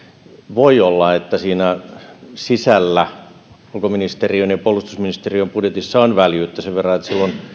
voi olla että siinä ulkoministeriön ja puolustusministeriön budjetin sisällä on väljyyttä sen verran että silloin